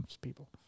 people